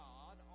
God